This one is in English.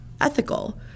ethical